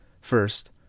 First